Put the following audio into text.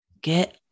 get